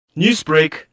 Newsbreak